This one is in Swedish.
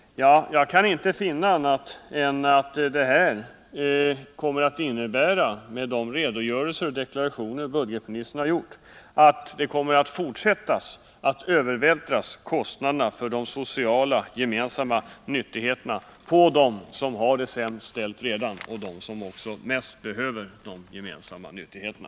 Jag kan inte finna annat än att det här, med de redogörelser och deklarationer som budgetministern gjort, kommer att innebära en fortsatt övervältring av kostnaderna för de sociala gemensamma nyttigheterna på dem som redan har det sämst ställt och också bäst behöver de gemensamma nyttigheterna.